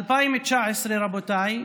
2019, רבותיי,